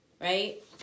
right